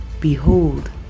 Behold